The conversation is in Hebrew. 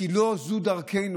כי לא זו דרכנו.